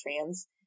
trans